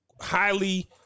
highly